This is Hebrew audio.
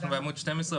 אנחנו בעמוד 12,